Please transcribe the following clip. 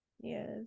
Yes